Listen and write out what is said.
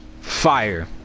fire